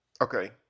Okay